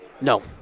No